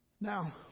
Now